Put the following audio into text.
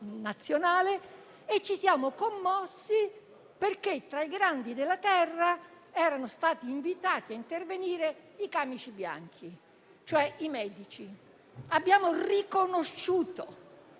Ci siamo commossi perché, tra i grandi della Terra, erano stati invitati a intervenire i camici bianchi, cioè i medici. Abbiamo riconosciuto,